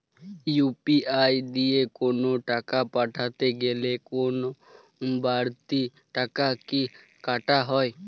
UPI দিয়ে কোন টাকা পাঠাতে গেলে কোন বারতি টাকা কি কাটা হয়?